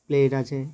plate আছে